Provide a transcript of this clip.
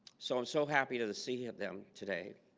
so i'm so happy to the see of them today